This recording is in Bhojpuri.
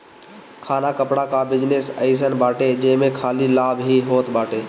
खाना कपड़ा कअ बिजनेस अइसन बाटे जेमे खाली लाभ ही होत बाटे